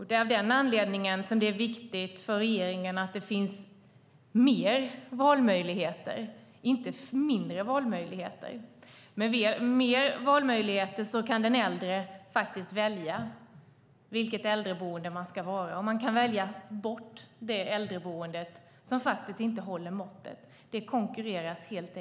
Det är av den anledningen som regeringen anser att det är viktigt att det finns fler valmöjligheter, inte färre. Med fler valmöjligheter kan den äldre välja äldreboende och välja bort det äldreboende som inte håller måttet; det konkurreras ut.